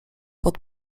pod